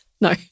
No